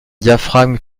diaphragme